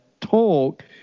talk